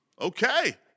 Okay